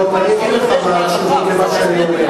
לא, ואני אגיד לך מה התשובות למה שאני אומר.